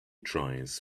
tries